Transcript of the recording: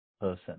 person